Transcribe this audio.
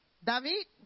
David